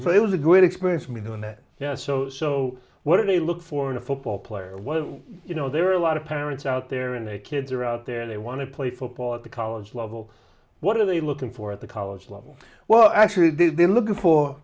so it was a great experience for me knowing that yeah so so what do you look for in a football player you know there are a lot of parents out there and their kids are out there they want to play football at the college level what are they looking for at the college level well actually they're looking for